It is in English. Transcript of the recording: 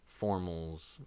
formals